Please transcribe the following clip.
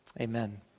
amen